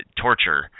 torture